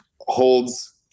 holds